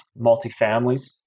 multifamilies